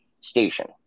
station